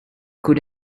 could